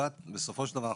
בסופו של דבר,